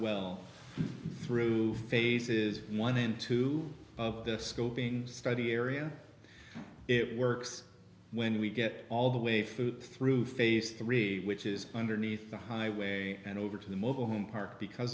well through phases one and two of the scoping study area it works when we get all the way food through phase three which is underneath the highway and over to the mobile home park because